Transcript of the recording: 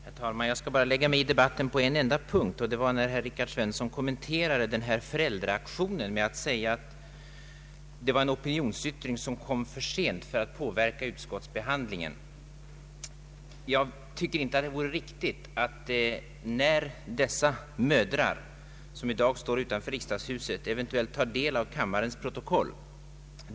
Herr talman! Jag skall bara lägga mig i debatten på en enda punkt. Herr Rikard Svensson kommenterade den föräldraaktion som här har omtalats med att säga att den opinionsyttringen kommit för sent för att påverka utskottsbehandlingen. Jag tycker inte att det är rimligt att anföra denna enda synpunkt från kammarens sida att läsas av dessa mödrar som i dag står utanför riksdagshuset när de eventuellt tar del av kammarens protokoll.